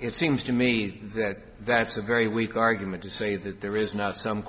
it seems to me that that's a very weak argument to say that there is not some